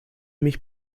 mich